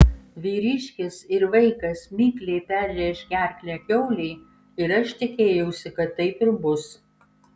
vyriškis ir vaikas mikliai perrėš gerklę kiaulei ir aš tikėjausi kad taip ir bus